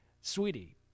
sweetie